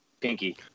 Pinky